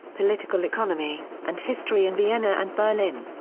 political economy, and history in vienna and berlin.